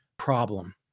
problem